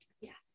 yes